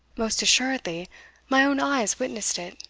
most assuredly my own eyes witnessed it.